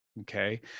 Okay